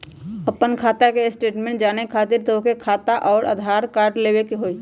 आपन खाता के स्टेटमेंट जाने खातिर तोहके खाता अऊर आधार कार्ड लबे के होइ?